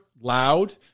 loud